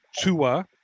Tua